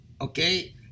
Okay